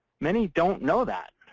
many don't know that.